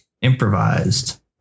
improvised